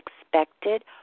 expected